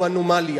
הוא אנומליה.